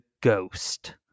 ghost